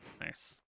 Nice